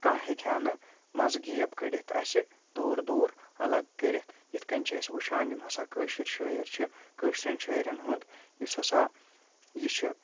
کانٛہہ ہیٚکہِ ہا نہٕ منٛزٕ گیپ کٔڑِتھ تہٕ اَسہِ دوٗر دوٗر اَلگ کٔرِتھ یِتھ کٔنۍ چھِ أسۍ وٕچھان یِم ہسا کٲشٕر شٲعِر چھِ کٲشرٮ۪ن شٲعرَن ہُنٛد یُس ہسا یہِ چھِ